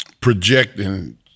projecting